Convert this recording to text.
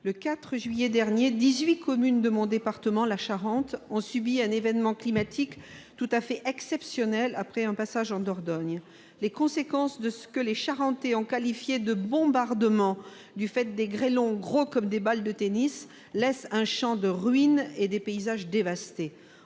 Le 4 juillet dernier, dix-huit communes de mon département, la Charente, ont subi un événement climatique tout à fait exceptionnel, après la Dordogne. Ce que les Charentais ont qualifié de « bombardement »- des grêlons gros comme des balles de tennis -laisse un champ de ruines et des paysages dévastés.